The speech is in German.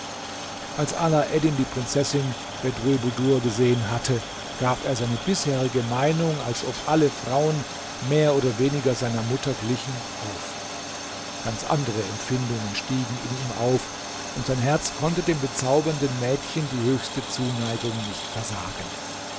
als alaeddin die prinzessin bedrulbudur gesehen hatte gab er seine bisherige meinung als ob alle frauen mehr oder weniger seiner mutter glichen auf ganz andere empfindungen stiegen in ihm auf und sein herz konnte dem bezaubernden mädchen die höchste zuneigung nicht versagen